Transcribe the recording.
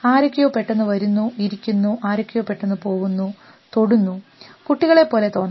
ആരൊക്കെയോ പെട്ടെന്ന് വരൂന്നു ഇരിക്കുന്നു ആരൊക്കെയോ പെട്ടെന്ന് പോകുന്നു തൊടുന്നു കുട്ടികളെ പോലെ തോന്നാം